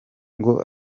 ngo